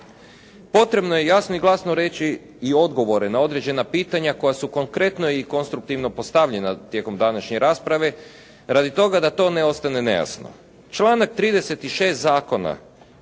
Potrebno je jasno i glasno reći i odgovore na određena pitanja koja su konkretno i konstruktivno postavljena tijekom današnje rasprave, radi toga da to ne ostane nejasno. Članak 36. zakona